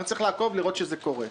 אני צריך לעקוב ולראות שזה קורה.